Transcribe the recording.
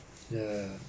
ya